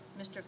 Mr